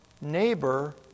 neighbor